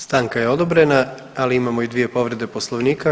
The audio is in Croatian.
Stanka je odobrena, ali imamo i dvije povrede Poslovnika.